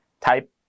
type